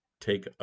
take